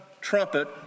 trumpet